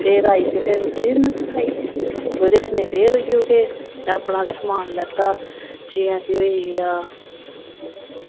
फिर आई ते फिर में उसी बी सखाई एह्दे कन्नै फिर उऐ जेह् ते अपना समान लैता जियां कि होइया